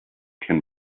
can